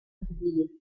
publiés